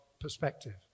perspective